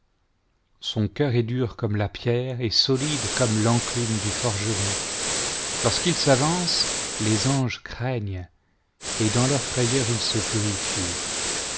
son cœur est dur comme la pierre et solide comme l'enclume du forgeron lorsqu'il s'avance les anges craignent et dans leur frayeur ils se purifient